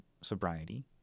sobriety